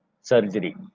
surgery